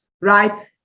right